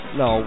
no